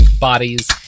bodies